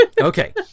okay